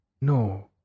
No